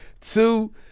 Two